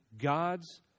God's